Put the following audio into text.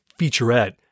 featurette